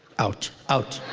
out, out,